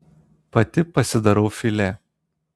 pati pasidarau filė